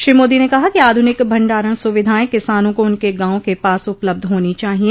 श्री मादी ने कहा कि आध्निक भंडारण स्विधाएं किसानों को उनके गांवों के पास उपलब्ध होनी चाहिए